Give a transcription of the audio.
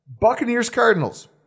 Buccaneers-Cardinals